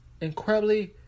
incredibly